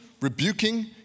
rebuking